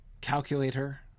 calculator